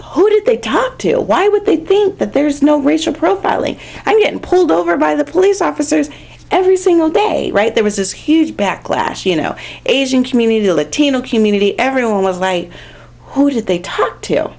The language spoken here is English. who did they talk to why would they think that there is no racial profiling and getting pulled over by the police officers every single day right there was this huge backlash you know asian community the latino community everyone was late who did they talk to